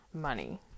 money